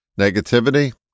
Negativity